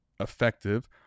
effective